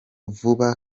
vuba